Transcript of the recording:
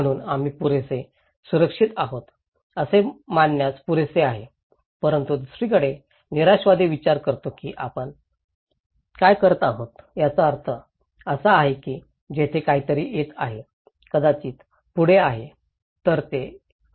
म्हणून आम्ही पुरेसे सुरक्षित आहोत असे मानण्यास पुरेसे आहे परंतु दुसरीकडे निराशावादी विचार करतो की आपण करीत आहोत याचा अर्थ असा आहे की येथे काहीतरी येत आहे कदाचित पुढे आहे